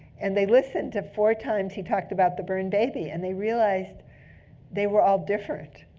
and they listened to four times he talked about the burned baby. and they realized they were all different.